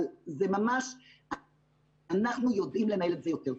אנחנו יודעים לנהל את זה יותר טוב.